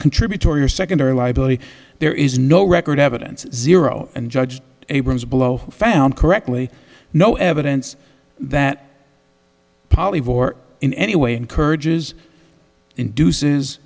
contributory or secondary liability there is no record evidence zero and judge abrams below found correctly no evidence that polyvore in any way encourages induces